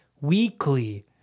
weekly